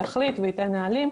יחליט וייתן נהלים.